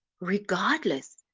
regardless